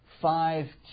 five